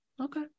Okay